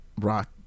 rock